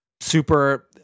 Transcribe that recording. super